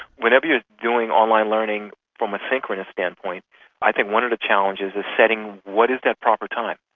whenever you're doing online learning from a synchronous standpoint i think one of the challenges is setting what is that proper time?